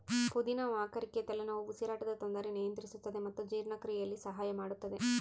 ಪುದಿನ ವಾಕರಿಕೆ ತಲೆನೋವು ಉಸಿರಾಟದ ತೊಂದರೆ ನಿಯಂತ್ರಿಸುತ್ತದೆ ಮತ್ತು ಜೀರ್ಣಕ್ರಿಯೆಯಲ್ಲಿ ಸಹಾಯ ಮಾಡುತ್ತದೆ